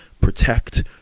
protect